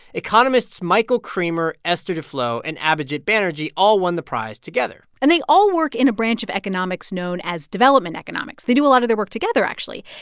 economists michael kremer, esther duflo and abhijit banerjee all won the prize together and they all work in a branch of economics known as development economics. they do a lot of their work together, actually.